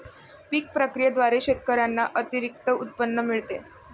पीक प्रक्रियेद्वारे शेतकऱ्यांना अतिरिक्त उत्पन्न मिळते